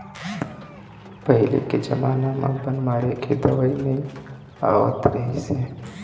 पहिली के जमाना म बन मारे के दवई नइ आवत रहिस हे